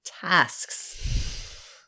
tasks